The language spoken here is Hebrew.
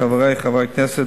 חברי חברי הכנסת,